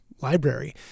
library